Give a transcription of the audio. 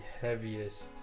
heaviest